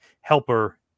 helper